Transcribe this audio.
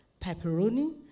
pepperoni